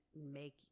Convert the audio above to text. make